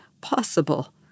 possible